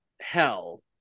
hell